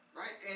right